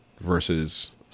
versus